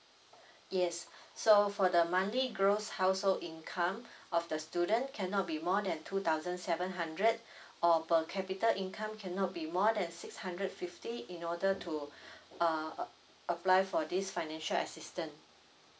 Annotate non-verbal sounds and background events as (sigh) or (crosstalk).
yes so for the monthly gross household income (breath) of the student cannot be more than two thousand seven hundred (breath) or per capita income cannot be more than six hundred fifty in order to (breath) uh apply for this financial assistance